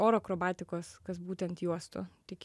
oro akrobatikos kas būtent juostų tik